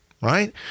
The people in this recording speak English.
right